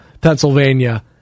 Pennsylvania